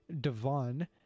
Devon